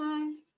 Bye